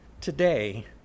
today